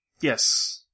yes